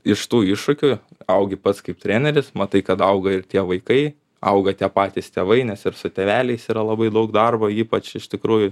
iš tų iššūkių augi pats kaip treneris matai kad auga ir tie vaikai auga tie patys tėvai nes ir su tėveliais yra labai daug darbo ypač iš tikrųjų